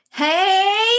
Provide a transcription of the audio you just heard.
Hey